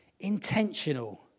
intentional